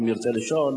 אם ירצה לשאול,